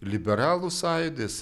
liberalų sąjūdis